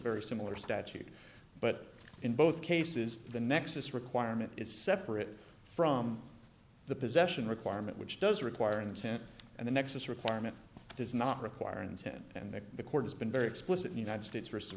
very similar statute but in both cases the nexus requirement is separate from the possession requirement which does require intent and the nexus requirement does not require intent and that the court has been very explicit in united states versus